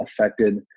affected